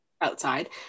outside